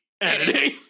editing